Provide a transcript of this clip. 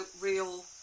real